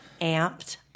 amped